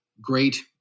great